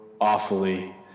awfully